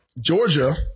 Georgia